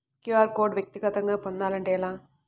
QR code వ్యక్తిగతంగా పొందాలంటే ఎలా?